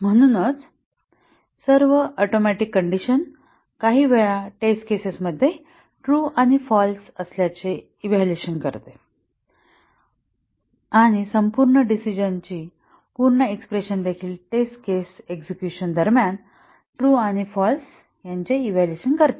म्हणूनच सर्व atomic condition काही वेळा टेस्ट केसेस मध्ये ट्रू आणि फाल्स असल्याचे इव्हॅल्युएशन करते आणि संपूर्ण डिसिजणंची पूर्ण एक्स्प्रेशन देखील टेस्ट केस एक्सझिक्युशन दरम्यान ट्रू आणि फाल्स यांचे इव्हॅल्युएशन करते